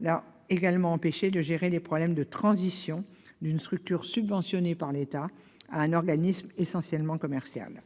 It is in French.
l'a également empêchée de gérer ses problèmes de transition d'une structure subventionnée par l'État à un organisme essentiellement commercial.